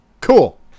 Cool